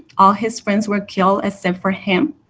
all his friends were killed except for him.